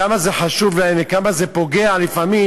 כמה זה חשוב להם וכמה זה פוגע לפעמים